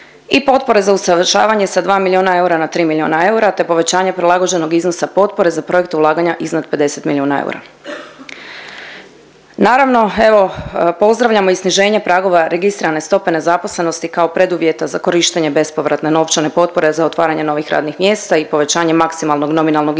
i potpore za usavršavanje sa 2 milijuna eura na 3 milijuna eura te povećanje prilagođenog iznosa potpore za projekt ulaganja iznad 50 milijuna eura. Naravno, evo, pozdravljamo i sniženje pragova registrirane stope nezaposlenosti kao preduvjeta za korištenje bespovratne novčane potpore za otvaranje novih radnih mjesta i povećanje maksimalnog nominalnog iznosa